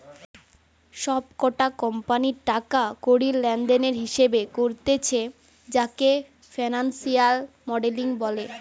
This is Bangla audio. সব কটা কোম্পানির টাকা কড়ি লেনদেনের হিসেবে করতিছে যাকে ফিনান্সিয়াল মডেলিং বলে